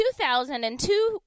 2002